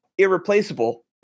irreplaceable